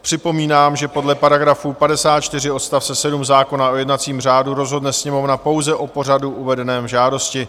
Připomínám, že podle § 54 odst. 7 zákona o jednacím řádu rozhodne Sněmovna pouze o pořadu uvedeném v žádosti.